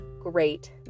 great